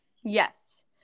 yes